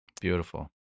Beautiful